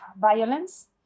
violence